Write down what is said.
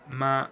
ma